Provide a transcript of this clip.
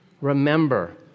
Remember